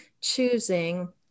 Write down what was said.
choosing